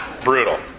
Brutal